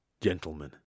gentlemen